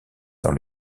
dans